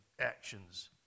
actions